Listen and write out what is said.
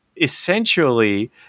essentially